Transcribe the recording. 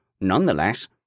nonetheless